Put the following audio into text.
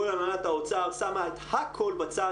כל הנהלת האוצר שמה את הכול בצד,